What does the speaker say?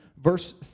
verse